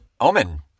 Omen